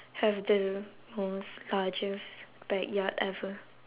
have the most largest backyard ever